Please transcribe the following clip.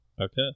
Okay